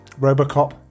Robocop